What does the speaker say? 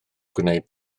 gwneud